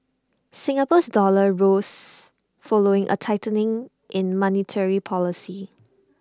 Singapore's dollar rose following A tightening in monetary policy